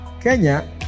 Kenya